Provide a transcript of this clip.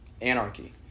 anarchy